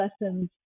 lessons